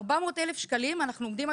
אנחנו עומדים בתביעה על 400 אלף שקלים.